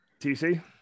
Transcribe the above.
TC